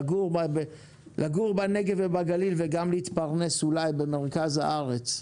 לגור בנגב ובגליל וגם להתפרנס אולי במרכז הארץ.